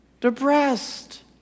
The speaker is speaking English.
depressed